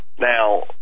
Now